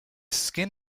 skin